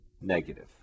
negative